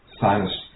sinus